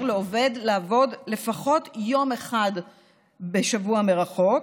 לעובד לעבוד לפחות יום אחד בשבוע מרחוק,